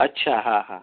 अच्छा हां हां